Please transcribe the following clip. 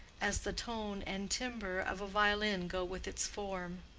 as the tone and timbre of a violin go with its form.